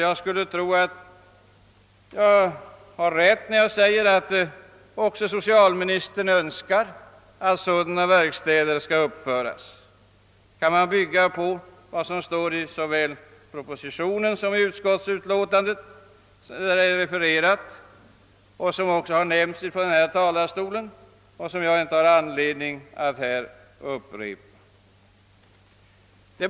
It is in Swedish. Jag skulle tro att jag har rätt när jag säger att även socialministern önskar att sådana verkstäder skall uppföras. Här kan man bygga på den uppfattning som kommer till uttryck i propositionen och i utskottsmajoritetens skrivning. Den har refererats från denna talarstol tidigare i dag och jag har ingen anledning till upprepning.